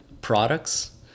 products